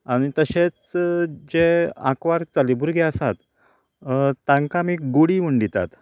आनी तशेंच जे आकवार चले भुरगें आसात तांकां आमी गुडी म्हण दितात